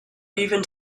even